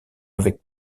avec